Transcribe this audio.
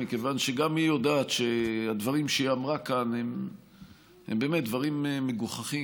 מכיוון שגם היא יודעת שהדברים שהיא אמרה כאן הם באמת דברים מגוחכים.